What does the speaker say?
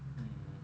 mm